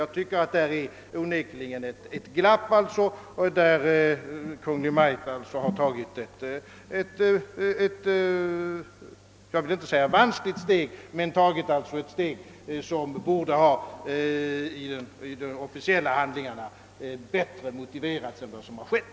Jag tycker, att det onekligen föreligger ett glapp, där Kungl. Maj:t har tagit, jag vill inte säga ett vanskligt steg men ett steg som i de officiella handlingarna borde ha motiverats bättre än vad som skett.